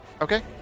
Okay